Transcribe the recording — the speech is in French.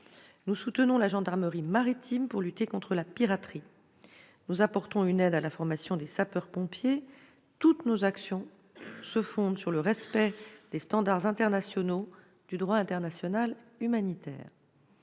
Nous soutenons la gendarmerie maritime pour lutter contre la piraterie. Nous apportons une aide à la formation des sapeurs-pompiers. Toutes nos actions se fondent sur le respect des standards internationaux du droit international humanitaire.